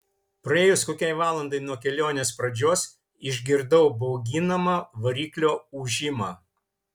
praėjus kokiai valandai nuo kelionės pradžios išgirdau bauginamą variklio ūžimą